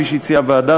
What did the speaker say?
כפי שהציעה הוועדה,